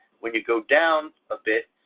when you go down a bit,